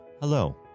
hello